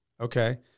Okay